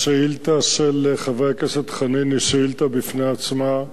השאילתא של חבר הכנסת חנין היא שאילתא בפני עצמה,